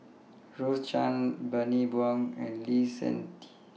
Rose Chan Bani Buang and Lee Seng Tee